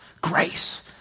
grace